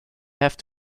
have